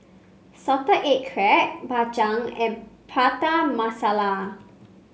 Salted Egg Crab Bak Chang and Prata Masala